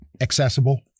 accessible